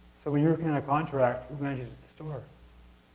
so when you're working on a contract, who manages the store?